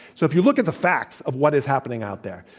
so if you look at the facts of what is happening out there,